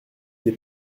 des